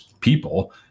people